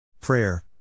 Prayer